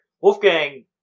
Wolfgang